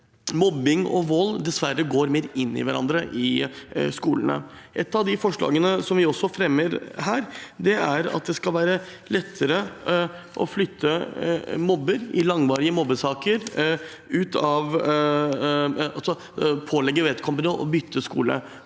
mobbing og vold dessverre går mer inn i hverandre i skolene. Et av forslagene som vi også fremmer her, er at det skal være lettere å flytte mobber i langvarige mobbesaker, altså å pålegge vedkommende å bytte skole.